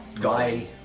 guy